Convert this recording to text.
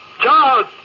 Charles